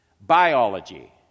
biology